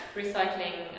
recycling